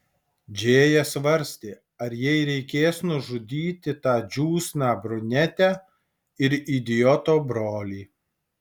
džėja svarstė ar jai reikės nužudyti tą džiūsną brunetę ir idioto brolį